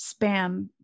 spam